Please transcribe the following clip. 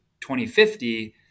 2050